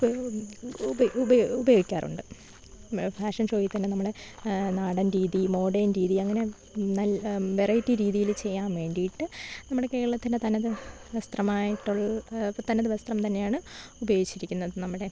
ഉപയോഗിക്കാറുണ്ട് ഫാഷൻ ഷോയിൽ തന്നെ നമ്മള് നാടൻരീതി മോഡേൺ രീതി അങ്ങനെ വെറൈറ്റി രീതിയില് ചെയ്യാൻ വേണ്ടിയിട്ട് നമ്മുടെ കേരളത്തിൻ്റെ തനത് വസ്ത്രമായിട്ടുൾ തനത് വസ്ത്രം തന്നെയാണ് ഉപയോഗിച്ചിരിക്കുന്നത് നമ്മുടെ